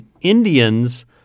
Indians